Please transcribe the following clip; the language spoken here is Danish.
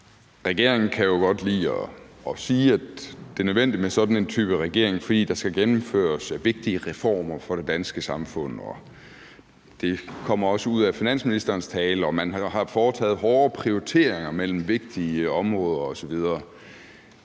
Regeringen kan jo godt lide at sige, at det er nødvendigt med sådan en type regering, fordi der skal gennemføres vigtige reformer for det danske samfund – og det kommer også ud af finansministerens tale – og at man har foretaget hårde prioriteringer mellem vigtige områder osv.